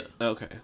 Okay